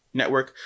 network